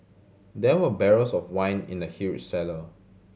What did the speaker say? there were barrels of wine in the huge cellar